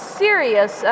serious